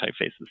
typefaces